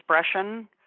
expression